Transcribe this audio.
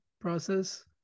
process